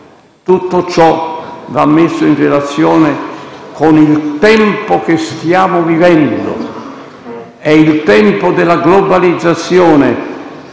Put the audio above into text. Tutto ciò va messo in relazione con il tempo che stiamo vivendo: è il tempo della globalizzazione,